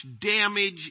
damage